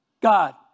God